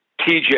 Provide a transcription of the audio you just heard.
TJ